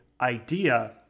idea